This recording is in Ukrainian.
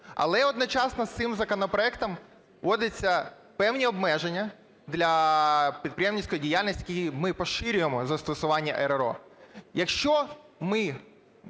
Але одночасно з цим законопроектом вводяться певні обмеження для підприємницької діяльності, ми поширюємо застосування РРО.